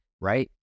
Right